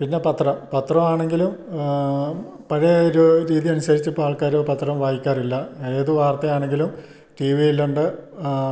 പിന്നെ പത്രം പത്രമാണെങ്കിൽ പഴയ ഒരു രീതി അനുസരിച്ചു ഇപ്പം ആൾക്കാർ പത്രം വായിക്കാറില്ല ഏത് വാർത്ത ആണെങ്കിലും ടിവിയിൽ ഉണ്ട്